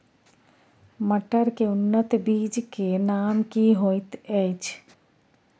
मटर के उन्नत बीज के नाम की होयत ऐछ?